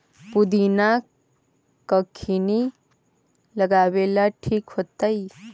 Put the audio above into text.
पुदिना कखिनी लगावेला ठिक होतइ?